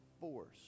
force